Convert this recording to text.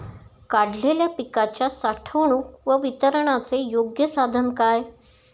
काढलेल्या पिकाच्या साठवणूक व वितरणाचे योग्य साधन काय?